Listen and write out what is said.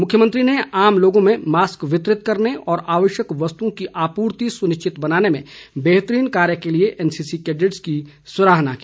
मुख्यमंत्री ने आम लोगों में मास्क वितरित करने और आवश्यक वस्तुओं की आपूर्ति सुनिश्चित बनाने में बेहतरीन कार्य के लिए एनसीसी कैडेटस की सराहना की